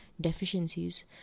deficiencies